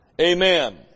Amen